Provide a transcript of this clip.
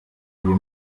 uyu